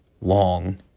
long